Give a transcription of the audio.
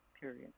Period